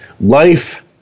life